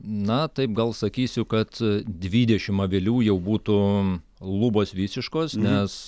na taip gal sakysiu kad dvidešimt avilių jau būtų lubos visiškos nes